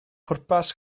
pwrpas